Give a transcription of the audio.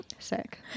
sick